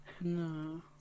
No